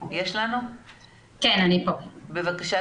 בבקשה,